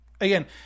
again